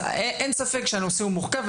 אין ספק שהנושא הוא מורכב,